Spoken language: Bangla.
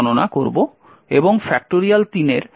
গণনা করব এবং 3